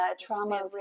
trauma